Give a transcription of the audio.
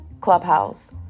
Clubhouse